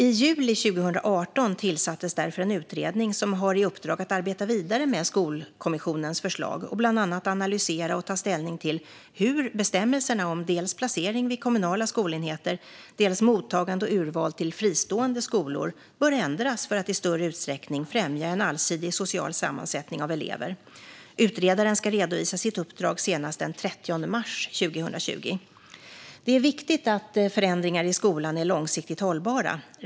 I juli 2018 tillsattes därför en utredning som har i uppdrag att arbeta vidare med Skolkommissionens förslag och bland annat analysera och ta ställning till hur bestämmelserna om dels placering vid kommunala skolenheter, dels mottagande och urval till fristående skolor, bör ändras för att i större utsträckning främja en allsidig social sammansättning av elever. Utredaren ska redovisa sitt uppdrag senast den 30 mars 2020. Det är viktigt att förändringar i skolan är långsiktigt hållbara.